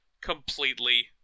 completely